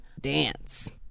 dance